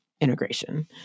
integration